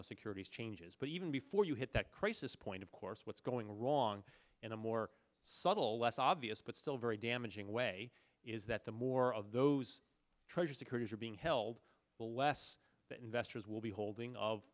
the securities changes but even before you hit that crisis point of course what's going wrong in a more subtle less obvious but still very damaging way is that the more of those treasury securities are being held the less that investors will be holding of